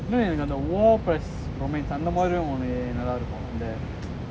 romance அந்த மாதிரி நல்லாருக்கும் அந்த என்ன படம் வந்திச்சு:antha mathiri nallarukkum antha enna padam vanthichu